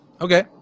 Okay